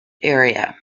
area